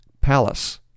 palace